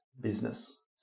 business